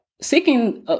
seeking